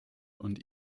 und